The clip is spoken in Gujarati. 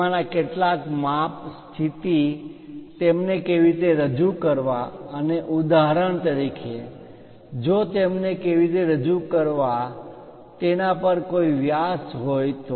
તેમાંના કેટલાક માપ સ્થિતિ તેમને કેવી રીતે રજુ કરવા અને ઉદાહરણ તરીકે જો તેમને કેવી રીતે રજુ કરવા તેના પર કોઈ વ્યાસ હોય તો